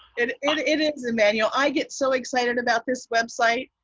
it and it is, emmanuel. i get so excited about this website.